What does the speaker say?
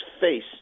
face